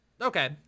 okay